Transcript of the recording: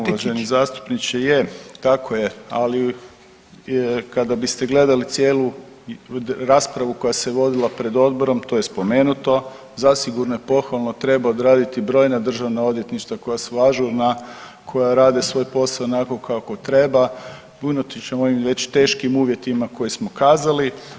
Uvaženi zastupniče, je tako je, ali kada biste gledali cijelu raspravu koja se vodila pred odborom to je spomenuto zasigurno je pohvalno treba odraditi brojna državna odvjetništva koja su ažurna, koja rade svoj posao onako kako treba i unatoč ovim već teškim uvjetima koje smo kazali.